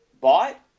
bought